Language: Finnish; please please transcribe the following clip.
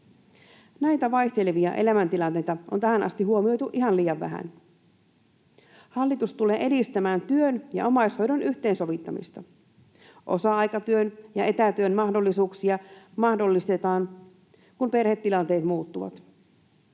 Näitä vaihtelevia elämäntilanteita on tähän asti huomioitu ihan liian vähän. Hallitus tulee edistämään työn ja omaishoidon yhteensovittamista. Osa-aikatyön ja etätyön mahdollisuuksia mahdollistetaan, kun perhetilanteet muuttuvat.